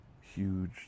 huge